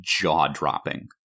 jaw-dropping